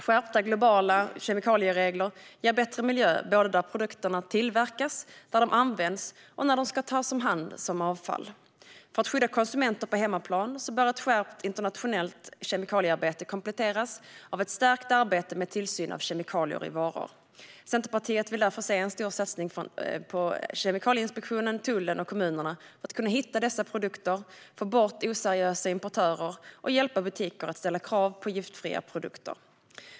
Skärpta globala kemikalieregler ger bättre miljö där produkterna tillverkas, där de används och när de ska tas om hand som avfall. För att skydda konsumenter på hemmaplan bör ett skärpt internationellt kemikaliearbete kompletteras med ett stärkt arbete med tillsyn av kemikalier i varor. Centerpartiet vill därför se en stor satsning på Kemikalieinspektionen, tullen och kommunerna för att kunna hitta dessa produkter, få bort oseriösa importörer och hjälpa butiker att ställa krav på giftfria produkter.